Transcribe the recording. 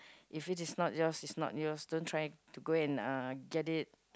if it is not yours it's not yours don't try to go and uh get it